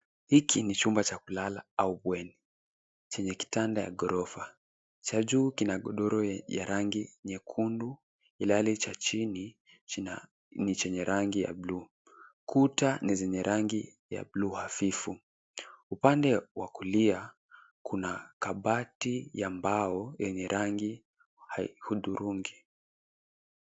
Hiki ni chumba cha kulala au bweni chenye kitanda ya ghorofa cha juu kina godoro ya rangi nyekundu ilhali cha chini ni chenye rangi ya buluu. Kuta ni zenye rangi ya buluu hafifu, upande wa kulia kuna kabati ya mbao yenye rangi hudhurungi.